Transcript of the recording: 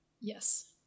yes